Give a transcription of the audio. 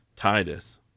Titus